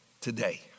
Today